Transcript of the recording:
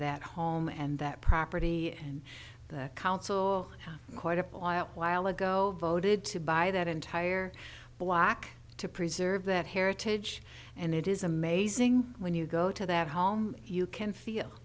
that home and that property and the council quite a while ago voted to buy that entire block to preserve that heritage and it is amazing when you go to that home you can feel